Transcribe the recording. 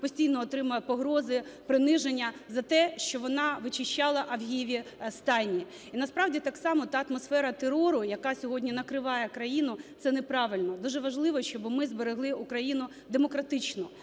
постійно отримує погрози, приниження за те, що вона вичищала авгієві стайні. І насправді так само та атмосфера терору, яка сьогодні накриває країну – це неправильно. Дуже важливо, щоби ми зберегли Україну демократичну.